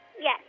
Yes